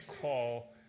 call